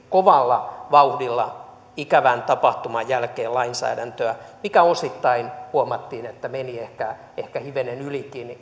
kovalla vauhdilla ikävän tapahtuman jälkeen lainsäädäntöä mistä osittain huomattiin että se meni ehkä ehkä hivenen ylikin